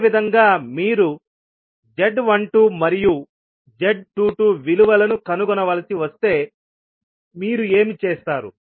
అదేవిధంగా మీరు z12 మరియు z22 విలువలను కనుగొనవలసి వస్తే మీరు ఏమి చేస్తారు